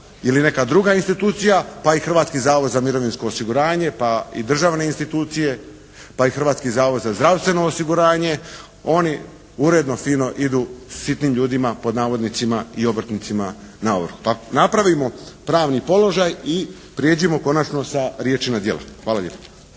ili neka druga institucija pa i Hrvatski zavod za mirovinsko osiguranje, pa i državne institucije pa i Hrvatski zavod za zdravstveno osiguranje, oni uredno fino idu "sitnim ljudima" i obrtnicima na ovrhu. Pa napravimo pravni položaj i prijeđimo konačno sa riječi na djela. Hvala lijepo.